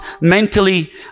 mentally